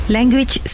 Language